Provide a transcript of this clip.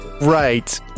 Right